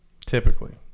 typically